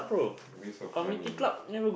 waste of money